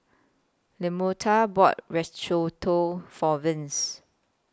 Lamonte bought For Vince